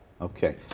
Okay